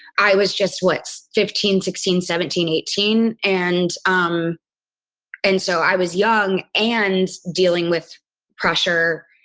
i was just, what, fifteen, sixteen, seventeen, eighteen? and, um and so i was young and dealing with pressure,